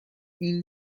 این